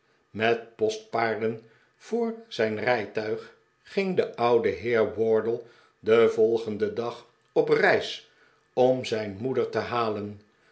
met postpaarden voor zijn rfjtuig ging de oude heer wardle den volgenden dag op reis om zijn moeder te halen